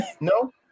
No